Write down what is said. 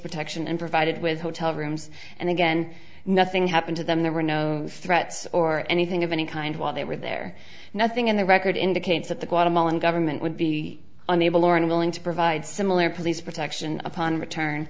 protection and provided with hotel rooms and again nothing happened to them there were no threats or anything of any kind while they were there nothing in the record indicates that the guatemalan government would be unable or unwilling to provide similar police protection upon return